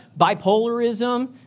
bipolarism